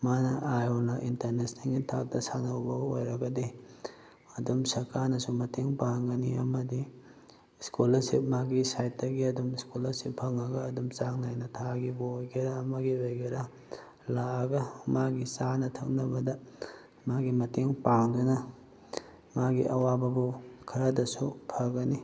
ꯃꯥꯅ ꯑꯥ ꯌꯧꯅ ꯏꯟꯇꯔꯅꯦꯁꯅꯦꯜꯒꯤ ꯊꯥꯛꯇ ꯁꯥꯟꯅꯕꯕꯨ ꯑꯣꯏꯔꯒꯗꯤ ꯑꯗꯨꯝ ꯁꯔꯀꯥꯔꯅꯁꯨ ꯃꯇꯦꯡ ꯄꯥꯡꯒꯅꯤ ꯑꯃꯗꯤ ꯏꯁꯀꯣꯂꯥꯔꯁꯤꯞ ꯃꯥꯒꯤ ꯁꯥꯏꯠꯇꯒꯤ ꯑꯗꯨꯝ ꯏꯁꯀꯣꯂꯥꯔꯁꯤꯞ ꯐꯪꯂꯒ ꯑꯗꯨꯝ ꯆꯥꯡ ꯅꯥꯏꯅ ꯊꯥꯒꯤꯕꯨ ꯑꯣꯏꯒꯦꯔꯥ ꯑꯃꯒꯤ ꯑꯣꯏꯒꯦꯔꯥ ꯂꯥꯛꯂꯒ ꯃꯥꯒꯤ ꯆꯥꯅ ꯊꯛꯅꯕꯗ ꯃꯥꯒꯤ ꯃꯇꯦꯡ ꯄꯥꯡꯗꯨꯅ ꯃꯥꯒꯤ ꯑꯋꯥꯕꯕꯨ ꯈꯔꯗꯁꯨ ꯐꯒꯅꯤ